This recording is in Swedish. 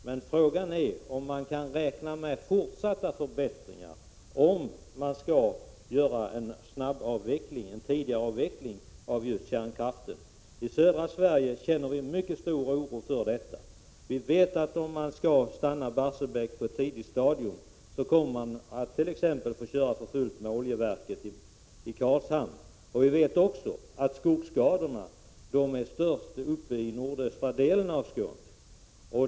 Men frågan är om man kan räkna med fortsatta förbättringar om det skall ske en tidigare avveckling av kärnkraften. Vi känner en mycket stor oro över avvecklingen i södra Sverige. Vi vet att om Barsebäck stoppas på ett tidigt stadium kommert.ex. oljeverket i Karlshamn att få köras för fullt. Vi vet också att skogsskadorna är störst i de nordöstra delarna av Skåne.